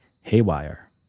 haywire